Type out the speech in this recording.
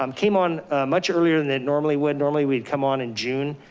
um came on much earlier than it normally would. normally we come on in june,